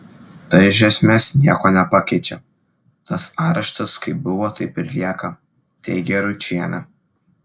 tai iš esmės nieko nepakeičia tas areštas kaip buvo taip ir lieka teigia ručienė